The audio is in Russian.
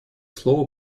слово